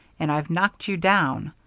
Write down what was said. and i've knocked you down.